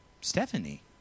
Stephanie